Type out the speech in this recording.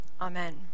Amen